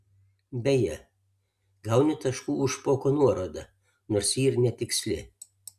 beje gauni taškų už špoko nuorodą nors ji ir netiksli